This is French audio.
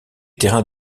terrains